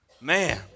Man